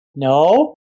No